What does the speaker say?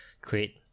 create